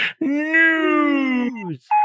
News